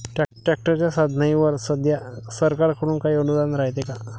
ट्रॅक्टरच्या साधनाईवर सध्या सरकार कडून काही अनुदान रायते का?